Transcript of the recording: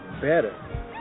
better